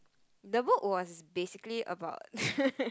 the book was basically about